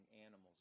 animals